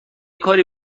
کاری